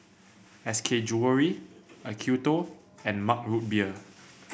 S K Jewellery Acuto and Mug Root Beer